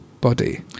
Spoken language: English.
body